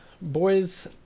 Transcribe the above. Boys